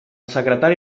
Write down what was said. secretari